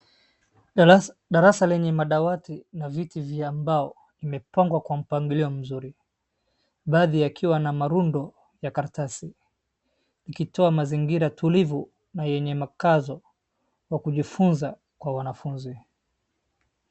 Darasa lenye madawati na viti vya mbao imepangwa kwa mpangilio mzuri. Baadhi yakiwa na marundo ya karatasi. Ikitoa mazingira tulivu na yenye makazo kwa kujifunza kwa wanafunzi.